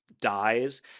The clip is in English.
dies